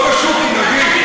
את לא בשוק, תירגעי.